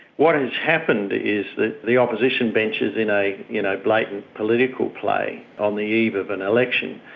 what has happened is that the opposition benches in a, you know, blatant political play on the eve of an election,